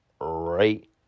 right